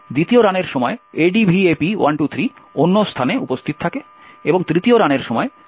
দ্বিতীয় রানের সময় ADVAP123 অন্য স্থানে উপস্থিত থাকে এবং তৃতীয় রানের সময় তৃতীয় অবস্থানে ইত্যাদি